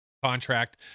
contract